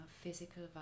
physical